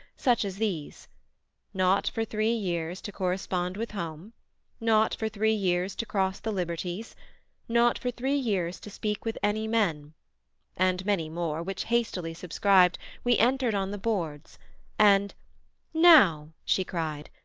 such as these not for three years to correspond with home not for three years to cross the liberties not for three years to speak with any men and many more, which hastily subscribed, we entered on the boards and now, she cried,